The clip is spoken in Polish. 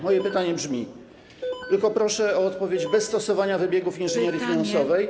Moje pytanie brzmi, tylko proszę o odpowiedź bez stosowania wybiegów inżynierii finansowej.